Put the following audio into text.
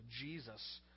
Jesus